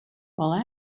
while